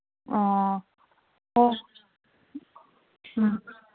ꯑꯣ ꯑꯣ ꯎꯝ